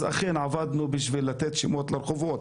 אז אכן עבדנו בשביל לתת שמות לרחובות.